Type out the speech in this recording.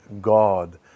God